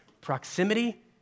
proximity